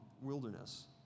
wilderness